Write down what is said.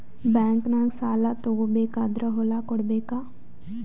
ಬ್ಯಾಂಕ್ನಾಗ ಸಾಲ ತಗೋ ಬೇಕಾದ್ರ್ ಹೊಲ ಕೊಡಬೇಕಾ?